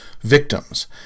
victims